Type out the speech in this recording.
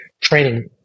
training